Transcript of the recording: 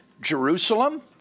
Jerusalem